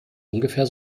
ungefähr